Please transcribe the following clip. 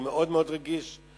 אני רגיש מאוד.